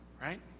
right